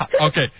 Okay